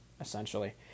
essentially